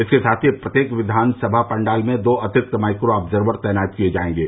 इसके साथ ही प्रत्येक विघानसभा पंडाल में दो अतिरिक्त माइक्रो आर्ब्जवर तैनात किये जायेंगे